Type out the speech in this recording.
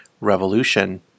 revolution